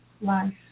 life